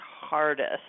hardest